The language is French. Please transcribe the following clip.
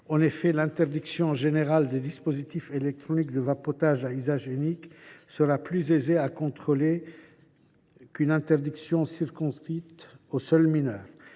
En effet, l’interdiction générale des dispositifs électroniques de vapotage à usage unique sera plus aisée à contrôler qu’une interdiction circonscrite aux seuls mineurs